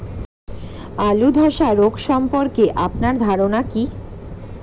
আলু ধ্বসা রোগ সম্পর্কে আপনার ধারনা কী?